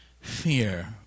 fear